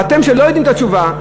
אבל אלה שלא יודעים את התשובה,